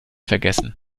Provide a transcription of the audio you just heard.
vergessen